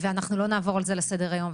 ואנחנו לא נעבור על זה לסדר היום.